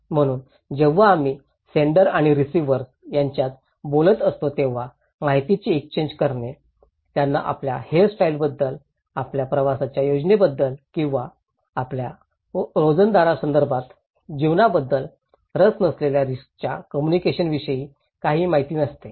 म्हणून जेव्हा आम्ही सेण्डर आणि रिसिव्हर्स यांच्यात बोलत असतो तेव्हा माहितीची एक्सचेन्ज करणे त्यांना आपल्या हेअर स्टाईल बद्दल आपल्या प्रवासाच्या योजनेबद्दल किंवा आपल्या रोजंदर्भातील जीवनाबद्दल रस नसलेल्या रिस्कच्या कम्युनिकेशन विषयी काहीही माहिती नसते